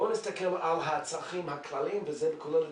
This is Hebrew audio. בואו נסתכל על הצרכים הכלליים,